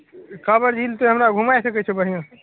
काँवर झील तोँ हमरा घुमाय सकै छह बढ़िआँसँ